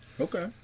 Okay